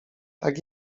tak